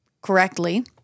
correctly